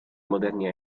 moderni